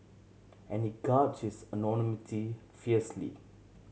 and he guards his anonymity fiercely